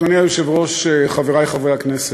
אדוני היושב-ראש, חברי חברי הכנסת,